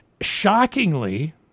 shockingly